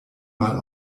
mal